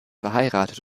verheiratet